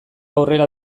aurrera